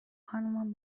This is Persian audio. خانمم